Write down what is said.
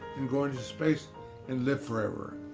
and go into space and live forever.